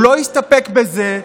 הוא לא הסתפק בזה,